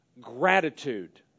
Gratitude